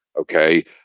Okay